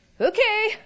Okay